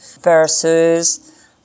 Versus